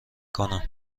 کنم